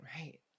Right